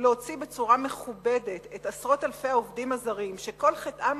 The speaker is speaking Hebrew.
ולהוציא בצורה מכובדת את עשרות אלפי העובדים הזרים שכל חטאם,